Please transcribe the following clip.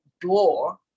door